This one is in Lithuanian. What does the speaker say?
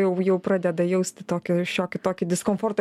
jau jau pradeda jausti tokį šiokį tokį diskomfortą